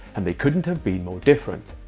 and they couldn't have been more different.